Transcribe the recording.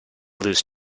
lose